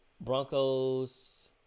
Broncos